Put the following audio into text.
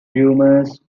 rumours